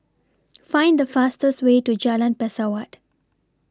Find The fastest Way to Jalan Pesawat